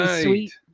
sweet